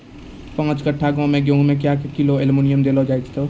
पाँच कट्ठा गांव मे गेहूँ मे क्या किलो एल्मुनियम देले जाय तो?